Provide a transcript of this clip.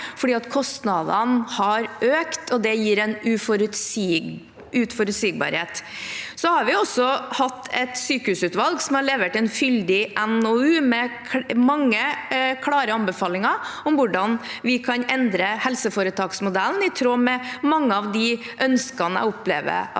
fordi kostnadene har økt. Det gir en uforutsigbarhet. Vi har også hatt et sykehusutvalg som har levert en fyldig NOU med mange klare anbefalinger om hvordan vi kan endre helseforetaksmodellen i tråd med mange av de ønskene jeg opplever at